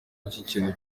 ikintu